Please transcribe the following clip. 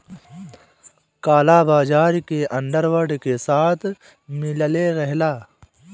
काला बाजार के अंडर वर्ल्ड के साथ मिलले रहला